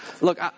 Look